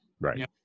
Right